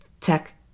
tech